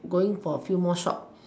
going for a few more shop